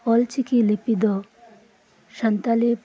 ᱚᱞᱪᱤᱠᱤ ᱞᱤᱯᱤ ᱫᱚ ᱥᱟᱱᱛᱟᱞᱤ